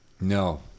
No